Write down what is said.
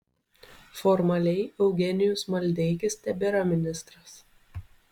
formaliai eugenijus maldeikis tebėra ministras